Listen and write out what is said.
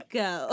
go